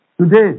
Today